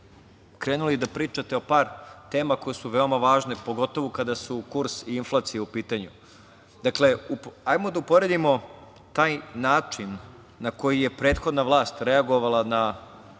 krenuli da pričate o par tema koje su veoma važne, pogotovo kada su kurs i inflacija u pitanju. Dakle, hajde da uporedimo taj način na koji je prethodna vlast reagovala na